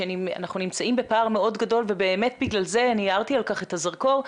שאנחנו נמצאים בפער מאוד גדול ובאמת בגלל זה אני הארתי על כך את הזרקור,